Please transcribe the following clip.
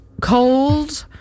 Cold